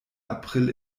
april